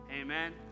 Amen